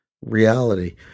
reality